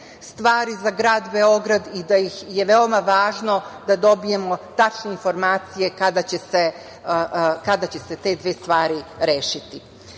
stvari za grad Beograd i da je veoma važno da dobijemo tačne informacije kada će se te dve stvari rešiti. Moram